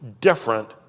different